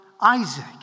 Isaac